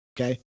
Okay